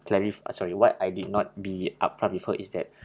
clari~ ah sorry what I did not be upfront with her is that